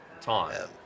time